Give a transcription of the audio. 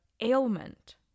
ailment